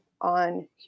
on